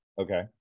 okay